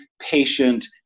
patient